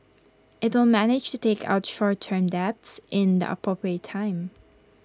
IT will manage to take out short term debts in the appropriate time